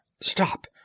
Stop